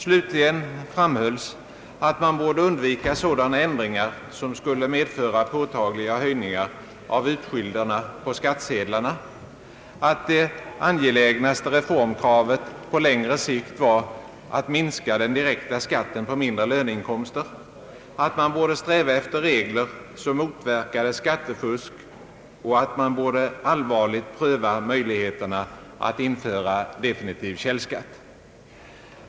Slutligen framhölls att man borde undvika sådana ändringar som skulle medföra påtagliga höjningar av utskylderna på skattsedlarna, att det angelägnaste reformkravet på längre sikt var att minska den direkta skatten på mindre löneinkomster, att man borde sträva efter regler som motverkade skattefusk och skatteflykt och att man borde alivarligt pröva möjligheterna att införa definitiv källskatt.